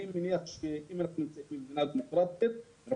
אני מניח שאם אנחנו נמצאים במדינה דמוקרטית אנחנו